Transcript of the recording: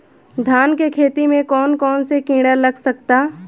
धान के खेती में कौन कौन से किड़ा लग सकता?